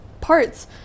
parts